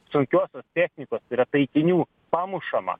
sunkiosios technikos yra taikinių pamušama